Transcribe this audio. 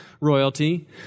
royalty